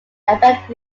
affect